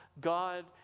God